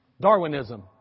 Darwinism